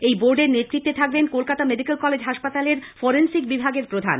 এই বোর্ডের নেতৃত্বে থাকবেন কলকাতা মেডিকেল কলেজ হাসপাতালের ফরেন্সিক বিভাগের প্রধান